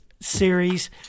series